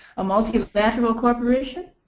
a multinational corporation